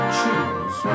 choose